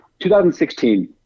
2016